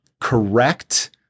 correct